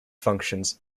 functions